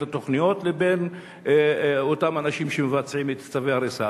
התוכניות לבין אותם אנשים שמבצעים את צווי ההריסה.